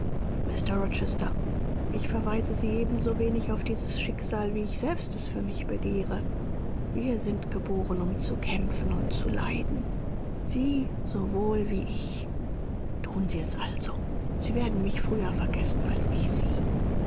ich verweise sie ebensowenig auf dieses schicksal wie ich selbst es für mich begehre wir sind geboren um zu kämpfen und zu leiden sie sowohl wie ich thun sie es also sie werden mich früher vergessen als ich sie